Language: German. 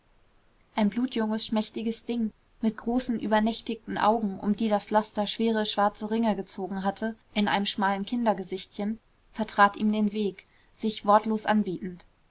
ein blutjunges schmächtiges ding mit großen übernächtigen augen um die das laster schwere schwarze ringe gezogen hatte in einem schmalen kindergesichtchen vertrat ihm den weg sich wortlos anbietend